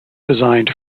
designed